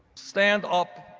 stand up,